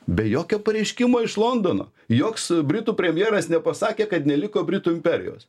be jokio pareiškimo iš londono joks britų premjeras nepasakė kad neliko britų imperijos